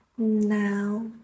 Now